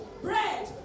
Bread